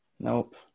nope